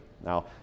Now